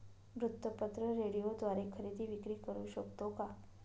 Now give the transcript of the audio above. वृत्तपत्र, रेडिओद्वारे खरेदी विक्री करु शकतो का?